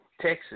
Texas